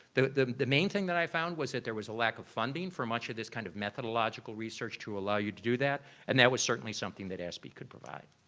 the the main thing that i found was that there was a lack of funding for much of this kind of methodological research to allow you to do that. and that was certainly something that aspe could provide.